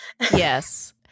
Yes